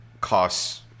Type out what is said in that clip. costs